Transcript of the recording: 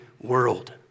world